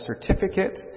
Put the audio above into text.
certificate